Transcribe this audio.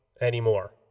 anymore